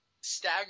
stagger